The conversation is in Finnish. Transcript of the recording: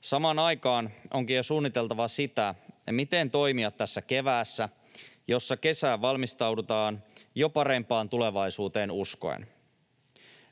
Samaan aikaan onkin jo suunniteltava sitä, miten toimia tänä keväänä, jolloin kesään valmistaudutaan jo parempaan tulevaisuuteen uskoen.